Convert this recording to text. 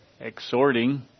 exhorting